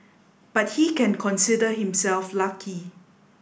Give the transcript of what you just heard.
but he can consider himself lucky